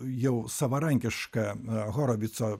jau savarankišką horovico